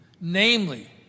namely